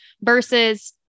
versus